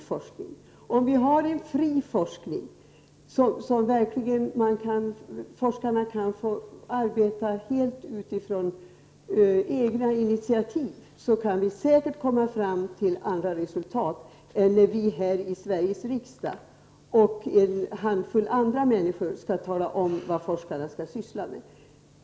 Om forskningen är fri och forskarna verkligen får arbeta helt utifrån egna initiativ, kan vi säkert komma fram till andra resultat än när vi här i Sveriges riksdag eller en handfull andra människor skall tala om vad forskarna skall syssla med.